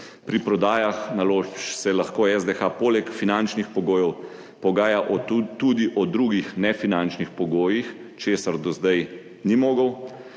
pri prodajah naložb se lahko SDH poleg finančnih pogojev pogaja o tudi o drugih nefinančnih pogojih, česar do sedaj ni mogel;